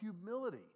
humility